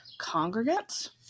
congregants